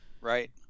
right